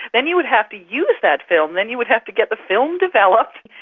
then you would have to use that film, then you would have to get the film developed,